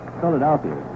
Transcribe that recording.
Philadelphia